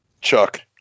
Chuck